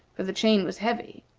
for the chain was heavy,